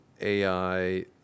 AI